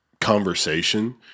conversation